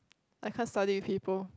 I can't study with people